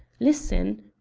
listen!